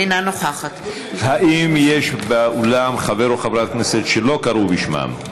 אינה נוכחת האם יש באולם חבר או חברת כנסת שלא קראו בשמם?